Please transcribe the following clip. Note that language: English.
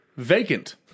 Vacant